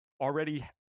already